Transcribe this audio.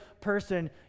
person